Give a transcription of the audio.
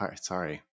Sorry